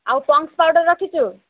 ଆଉ Pond's powder ରଖିଛୁ